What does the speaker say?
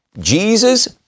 Jesus